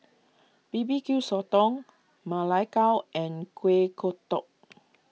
B B Q Sotong Ma Lai Gao and Kuih Kodok